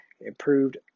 improved